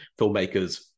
filmmakers